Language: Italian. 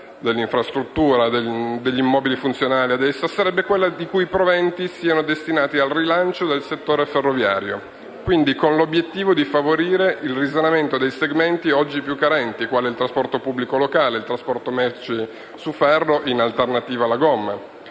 dell'infrastruttura e degli immobili funzionali ad essa, sarebbe quella i cui proventi siano destinati al rilancio del settore ferroviario, quindi con l'obiettivo di favorire il risanamento dei segmenti oggi più carenti, quali il trasporto pubblico locale e il trasporto merci su ferro in alternativa alla gomma,